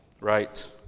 right